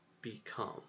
become